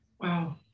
Wow